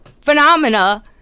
phenomena